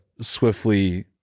swiftly